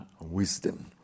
wisdom